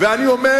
ואני אומר